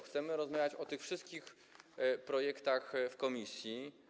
Chcemy rozmawiać o tych wszystkich projektach w komisji.